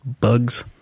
bugs